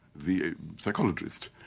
the psychologist,